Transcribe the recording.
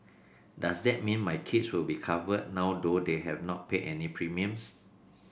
does that mean my kids will be covered now though they have not paid any premiums